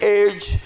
age